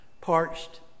parched